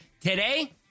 Today